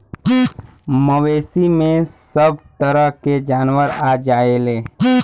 मवेसी में सभ तरह के जानवर आ जायेले